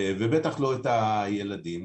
ובטח לא את הילדים,